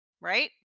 right